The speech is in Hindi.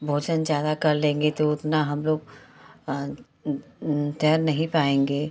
भोजन ज़्यादा कर लेंगे तो उतना हम लोग तैर नहीं पाएँगे